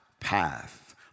path